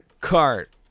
Cart